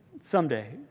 someday